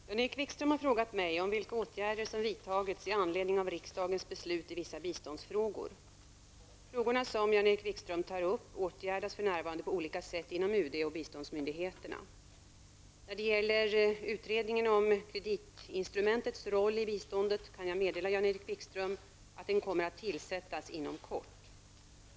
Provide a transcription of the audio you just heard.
Herr talman! Jan-Erik Wikström har frågat mig om vilka åtgärder som vidtagits med anledning av riksdagens beslut i vissa biståndsfrågor. Frågorna som Jan-Erik Wikström tar upp åtgärdas för närvarande på olika sätt inom UD och biståndsmyndigheterna. När det gäller utredningen om kreditinstrumentets roll i biståndet kan jag meddela Jan-Erik Wikström att den kommer att tillsättas inom kort.